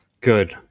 Good